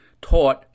taught